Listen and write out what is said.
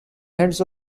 hands